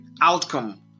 outcome